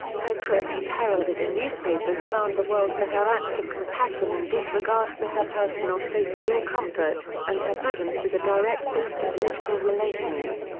her trip was heralded in newspapers around the world for her acts of compassion and disregard for her personal safety or comfort, and her presence was a direct boost to political relations.